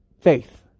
faith